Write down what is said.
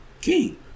King